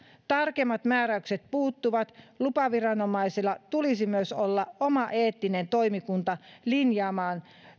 tarkemmat määräykset puuttuvat lupaviranomaisilla tulisi myös olla oma eettinen toimikunta linjaamaan